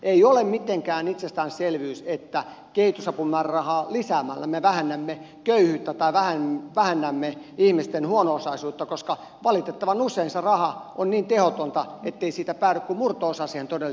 ei ole mitenkään itsestäänselvyys että kehitysapumäärärahaa lisäämällä me vähennämme köyhyyttä tai vähennämme ihmisten huono osaisuutta koska valitettavan usein se raha on niin tehotonta ettei siitä päädy kuin murto osa siihen todelliseen tarkoitukseen